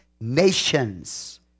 nations